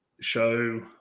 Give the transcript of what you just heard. show